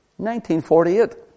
1948